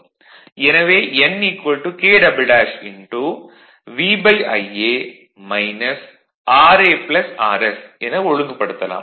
எனவே n KVIa raRS என ஒழுங்குபடுத்தலாம்